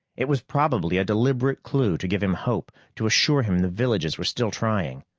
it was probably a deliberate clue to give him hope, to assure him the villages were still trying.